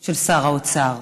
של שר האוצר,